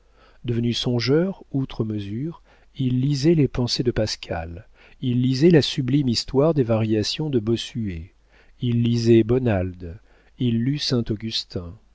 devenu songeur outre mesure il lisait les pensées de pascal il lisait la sublime histoire des variations de bossuet il lisait bonald il lut